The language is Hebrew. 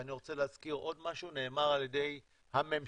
ואני רוצה להזכיר עוד משהו שנאמר על-ידי הממשלה,